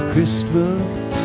Christmas